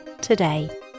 today